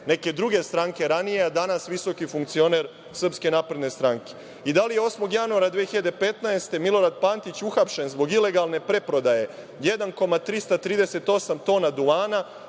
neke druge stranke ranije, a danas visoki funkcioner SNS? Da li je 8. januara 2015. godine Milorad Pantić uhapšen zbog ilegalne preprodaje 1,338 tona duvana,